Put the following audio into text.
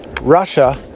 Russia